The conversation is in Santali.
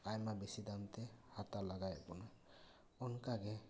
ᱟᱭᱢᱟ ᱵᱤᱥᱤ ᱫᱟᱢᱛᱮ ᱦᱟᱛᱟᱣ ᱞᱟᱜᱟᱣᱮᱫ ᱵᱚᱱᱟ ᱚᱱᱠᱟ ᱜᱮ